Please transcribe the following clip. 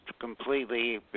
completely